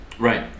Right